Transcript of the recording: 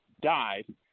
died